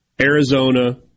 Arizona